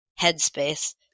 headspace